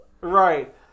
Right